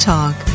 Talk